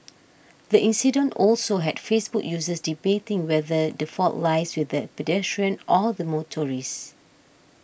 the accident also had Facebook users debating whether the fault lies with the pedestrian or the motorcyclist